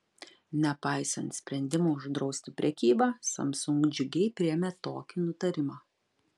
nepaisant sprendimo uždrausti prekybą samsung džiugiai priėmė tokį nutarimą